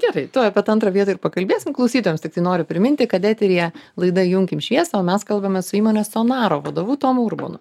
gerai tuoj apie tą antrą vietą ir pakalbėsim klausytojams tiktai noriu priminti kad eteryje laida įjunkim šviesą o mes kalbamės su įmonės sonaro vadovu tomu urbonu